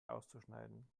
auszuschneiden